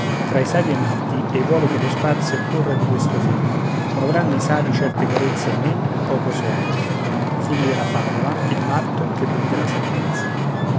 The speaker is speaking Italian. tra i savi e i matti ei vuole che lo spazio corra di questo fil o avranno i savi certe carezze ahimè poco soavi e